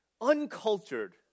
uncultured